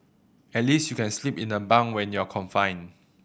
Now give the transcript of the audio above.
at least you can sleep in the bunk when you're confined